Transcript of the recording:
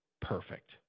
perfect